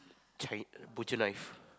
chi~ butcher knife